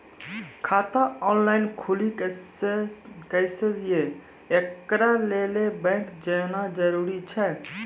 खाता ऑनलाइन खूलि सकै यै? एकरा लेल बैंक जेनाय जरूरी एछि?